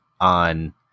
on